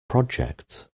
project